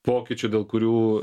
pokyčių dėl kurių